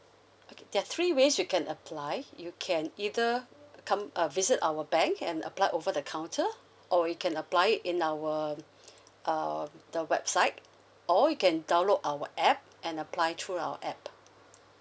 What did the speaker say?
okay there are three ways you can apply you can either come uh visit our bank and apply over the counter or you can apply it in our um the website or you can download our app and apply through our app